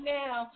now